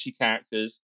characters